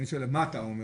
מה אתה אומר,